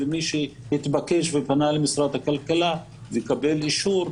ומי שהתבקש ופנה למשרד הכלכלה לקבל אישור,